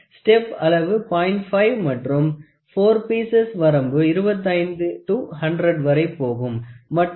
5 மற்றும் 4 பீசஸ் வரம்பு 25 to 100 வரை போகும் மற்றும் அதுதான் 25 mm